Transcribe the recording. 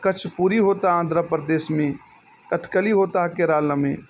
کچھ پوری ہوتا ہے آندھرا پردیش میں کتھا کلی ہوتا ہے کیرالہ میں